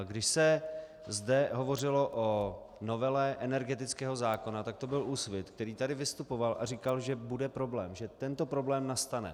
Když se zde hovořilo o novele energetického zákona, tak to byl Úsvit, který tady vystupoval a říkal, že bude problém, že tento problém nastane.